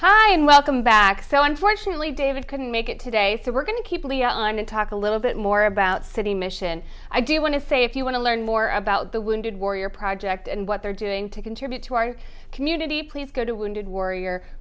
and welcome back so unfortunately david couldn't make it today so we're going to keep leon and talk a little bit more about city mission i do want to say if you want to learn more about the wounded warrior project and what they're doing to contribute to our community please go to wounded warrior